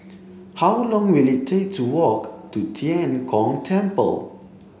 how long will it take to walk to Tian Kong Temple